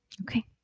Okay